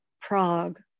Prague